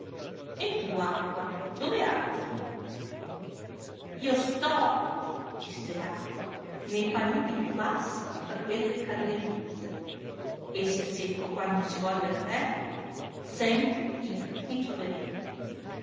e tu acqua dove abiti io sto disse l'acqua ne paludi più basse tra quelle cannelluzze e sia secco quanto si voglia la terra sempre ivi mi troverete